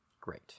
Great